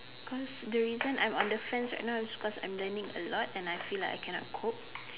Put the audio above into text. because the reason I'm on the fence right now is because I'm learning a lot and I feel like I cannot cope